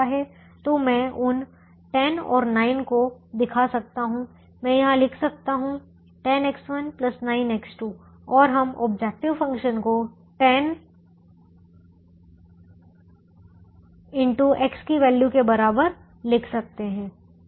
तो मैं उन 10 और 9 को दिखा सकता हूं मैं यहां लिख सकता हूं 10X1 9X2 और हम ऑब्जेक्टिव फंक्शन को 10 into X की वैल्यू के बराबर लिख सकते हैं